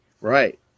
Right